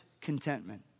contentment